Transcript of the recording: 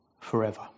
forever